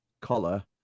collar